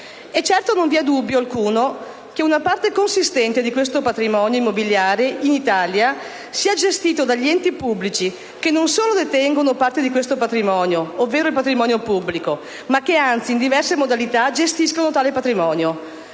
Certo, non vi è dubbio alcuno che una parte consistente di questo patrimonio immobiliare in Italia sia gestito dagli enti pubblici, che non solo ne detengono una parte, ovvero il patrimonio pubblico, ma che, anzi, in diverse modalità gestiscono tale patrimonio.